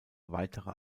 weiterer